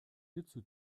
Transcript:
hierzu